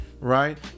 right